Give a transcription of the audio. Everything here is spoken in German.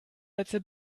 letzte